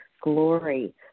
glory